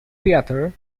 theater